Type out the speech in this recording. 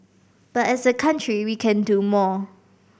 but as a country we can do more